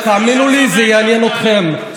תאמינו לי, זה יעניין אתכם.